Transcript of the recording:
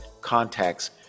contacts